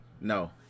No